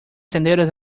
senderos